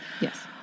Yes